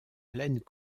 plaine